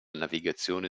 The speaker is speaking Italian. navigazione